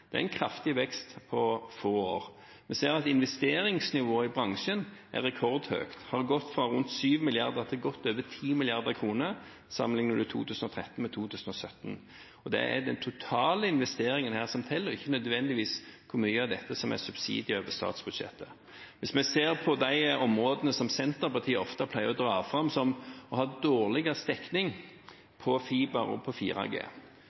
Det er en kraftig vekst på få år. Vi ser at investeringsnivået i bransjen er rekordhøyt og har gått fra rundt 7 mrd. kr til godt over 10 mrd. kr hvis en sammenligner 2013 med 2017. Og det er den totale investeringen her som teller, ikke nødvendigvis hvor mye av dette som er subsidier over statsbudsjettet. Hvis vi ser på de områdene som Senterpartiet ofte pleier å dra fram som de som har dårligst dekning på